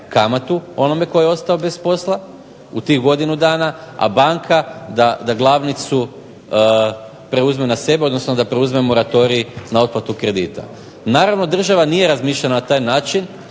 onome tko je ostao bez posla, u tih godinu dana, a banka da glavnicu preuzme na sebe odnosno da preuzme moratorij na otplatu kredita. Naravno država nije razmišljala na taj način